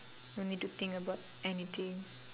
no need to think about anything